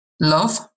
love